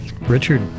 Richard